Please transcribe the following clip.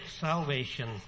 salvation